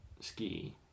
ski